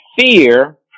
Fear